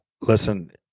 listen